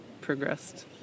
progressed